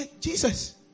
Jesus